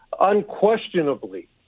unquestionably